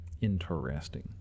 interesting